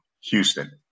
Houston